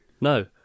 No